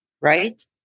right